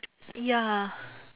ya